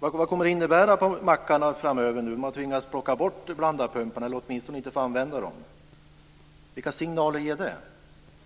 Vad kommer det att innebära på mackarna framöver om man tvingas plocka bort blandarpumparna, eller åtminstone inte får använda dem? Vilka signaler ger det?